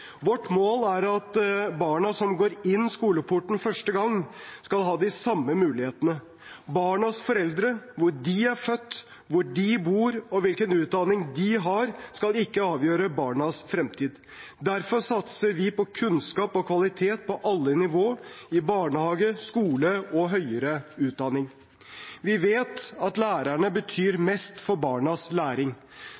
Vårt mål er at barna som går inn skoleporten første gang, skal ha de samme mulighetene. Barnas foreldre, hvor de er født, hvor de bor, og hvilken utdanning de har, skal ikke avgjøre barnas fremtid. Derfor satser vi på kunnskap og kvalitet på alle nivå, i barnehage, skole og høyere utdanning. Vi vet at lærerne betyr